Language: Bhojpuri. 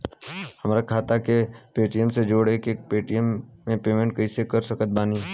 हमार खाता के पेटीएम से जोड़ के पेटीएम से पेमेंट कइसे कर सकत बानी?